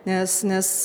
nes nes